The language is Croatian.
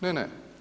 Ne, ne.